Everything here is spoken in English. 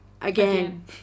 again